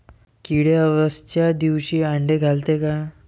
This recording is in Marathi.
किडे अवसच्या दिवशी आंडे घालते का?